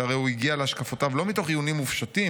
שהרי הוא הגיע להשקפותיו לא מתוך עיונים מופשטים,